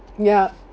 yup